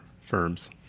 firms